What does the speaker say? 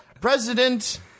President